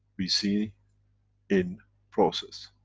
we see in process.